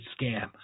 scam